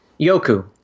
Yoku